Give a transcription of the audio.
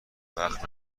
وقت